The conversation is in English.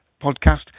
podcast